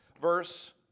verse